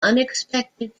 unexpected